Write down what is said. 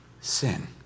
sin